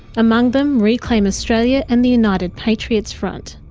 among them reclaim australia and the united patriots front.